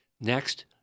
Next